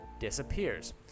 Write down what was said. disappears